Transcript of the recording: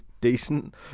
decent